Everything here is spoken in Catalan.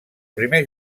primer